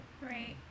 Right